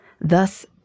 thus